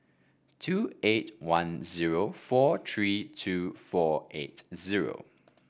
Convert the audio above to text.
two eight one zero four three two four eight zero